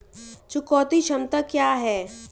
चुकौती क्षमता क्या है?